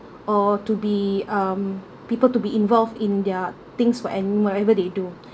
or to be um people to be involved in their things for and wherever they do